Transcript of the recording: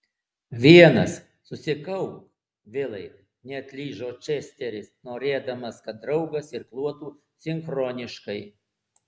vienas susikaupk vilai neatlyžo česteris norėdamas kad draugas irkluotų sinchroniškai